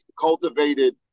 cultivated